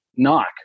knock